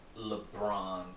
LeBron